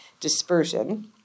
dispersion